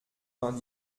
vingt